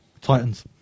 Titans